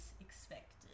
expected